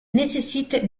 nécessite